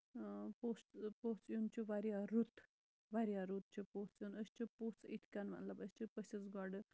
پوٚژھ یُن چھُ واریاہ رُت واریاہ رُت چھُ پوٚژھ یُن أسۍ چھِ پوٚژھ یِتھ کَن مطلب أسۍ چھِ پٔژھِس گۄڈٕ